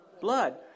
Blood